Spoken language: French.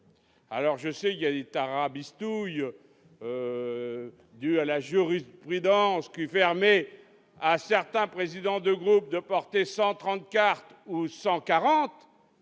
Nous le savons, il y a eu des tarabistouilles dues à la jurisprudence qui permet à certains présidents de groupe de porter 130 ou 140 cartes.